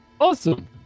Awesome